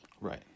Right